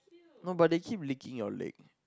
no but they keep licking your leg